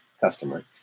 customer